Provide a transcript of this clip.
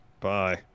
Bye